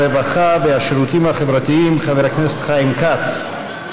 הרווחה והשירותים החברתיים חבר הכנסת חיים כץ.